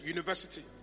University